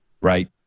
Right